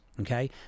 okay